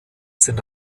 sind